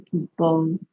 people